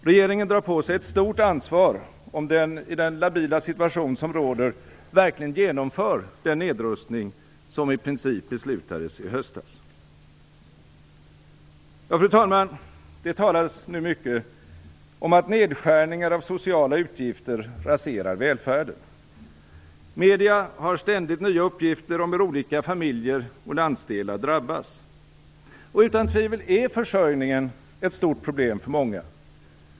Regeringen drar på sig ett stort ansvar, om den i den labila situation som råder verkligen genomför den nedrustning som i princip beslutades i höstas. Fru talman! Det talas nu mycket om att nedskärningar av sociala utgifter raserar välfärden. Medierna har ständigt nya uppgifter om hur olika familjer och landsdelar drabbas. Och utan tvivel är försörjningen ett stort problem för många.